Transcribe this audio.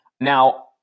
Now